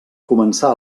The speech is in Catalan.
començà